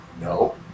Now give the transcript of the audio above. No